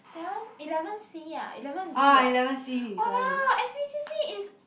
that one's eleven C ah eleven B ah !walao! s_b_c_c is